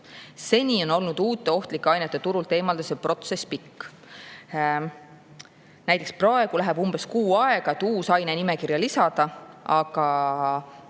Seni on olnud uute ohtlike ainete turult eemaldamise protsess pikk. Praegu läheb umbes kuu aega, et uus aine nimekirja lisada, aga